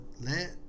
Let